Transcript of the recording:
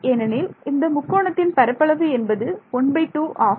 ஏனெனில் இந்த முக்கோணத்தின் பரப்பளவு என்பது 12 ஆகும்